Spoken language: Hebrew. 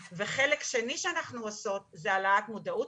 החלק השני שאנחנו עושות זה העלאת המודעות.